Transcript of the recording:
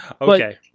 okay